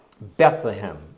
Bethlehem